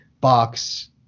box